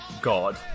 God